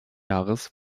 jahres